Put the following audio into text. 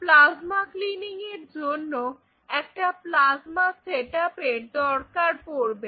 plasma cleaning এর জন্য একটা প্লাজমা সেটআপের দরকার পড়বে